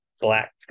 black